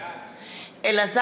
אני,